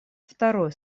второе